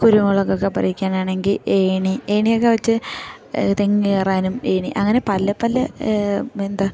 കുരുമുളകൊക്കെ പറിക്കാനാണെങ്കിൽ ഏണി ഏണിയൊക്കെ വെച്ച് തെങ്ങു കയറാനും ഏണി അങ്ങനെ പല പല എന്താ